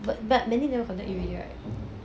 but but mandy never contact you already right